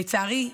לצערי,